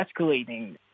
escalating